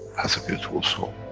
has a beautiful soul,